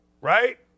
right